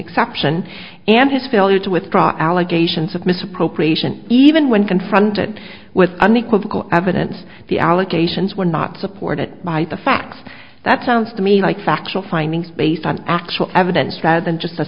exception and his failure to withdraw allegations of misappropriation even when confronted with unequivocal evidence the allegations were not supported by the facts that sounds to me like factual findings based on actual evidence prior than just a